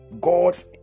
God